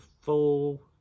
full